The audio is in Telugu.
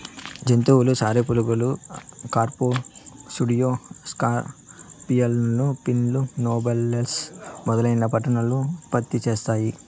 జంతువులలో సాలెపురుగులు, కార్ఫ్, సూడో స్కార్పియన్లు, పిన్నా నోబిలస్ మొదలైనవి పట్టును ఉత్పత్తి చేస్తాయి